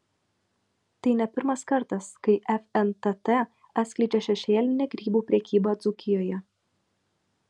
tai ne pirmas kartas kai fntt atskleidžia šešėlinę grybų prekybą dzūkijoje